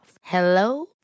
Hello